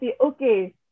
okay